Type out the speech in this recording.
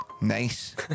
Nice